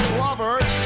lovers